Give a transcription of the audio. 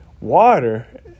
Water